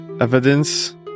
evidence